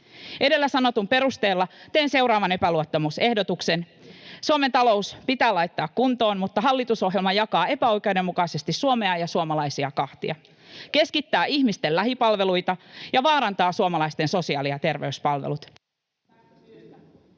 Edellä sanotun perusteella teen seuraavan epäluottamusehdotuksen: ”Suomen talous pitää laittaa kuntoon, mutta hallitusohjelma jakaa epäoikeudenmukaisesti Suomea ja suomalaisia kahtia, keskittää ihmisten lähipalveluita ja vaarantaa suomalaisten sosiaali- ja terveyspalvelut.